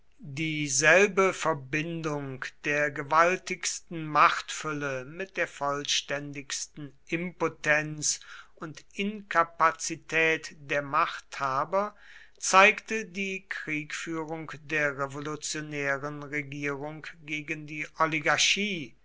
dieselbe verbindung der gewaltigsten machtfülle mit der vollständigsten impotenz und inkapazität der machthaber zeigte die kriegführung der revolutionären regierung gegen die oligarchie